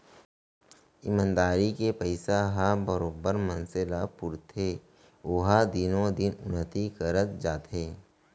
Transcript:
ईमानदारी के पइसा ह बरोबर मनसे ल पुरथे ओहा दिनो दिन उन्नति करत जाथे